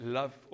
love